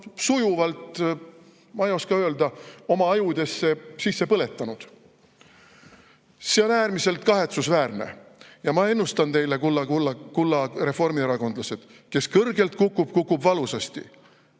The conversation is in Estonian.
sujuvalt, ma ei oska öelda, oma ajudesse sisse põletanud. See on äärmiselt kahetsusväärne ja ma ennustan teile, kulla reformierakondlased: kes kõrgelt kukub, kukub valusasti.